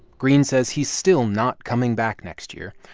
greene says he's still not coming back next year.